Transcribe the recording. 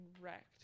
wrecked